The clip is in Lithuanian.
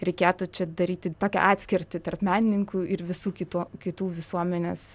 reikėtų čia daryti tokią atskirtį tarp menininkų ir visų kitų kitų visuomenės